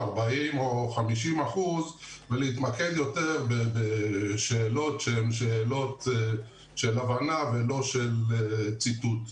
40 או 50 אחוזים ולהתמקד יותר בשאלות שהן שאלות של הבנה ולא של ציטוט.